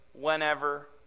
whenever